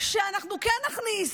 שאנחנו כן נכניס.